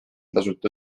tasuta